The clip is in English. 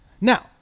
Now